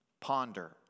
ponder